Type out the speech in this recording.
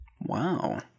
Wow